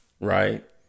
right